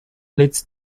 leads